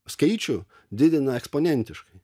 skaičių didina eksponentiškai